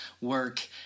work